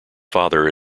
father